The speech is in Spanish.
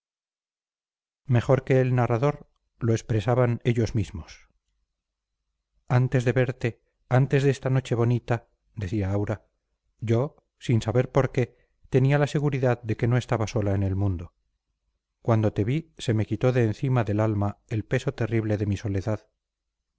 mejor que el narrador lo expresaban ellos mismos antes de verte antes de esta noche bonita decía aura yo sin saber por qué tenía la seguridad de que no estaba sola en el mundo cuando te vi se me quitó de encima del alma el peso terrible de mi soledad